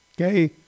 Okay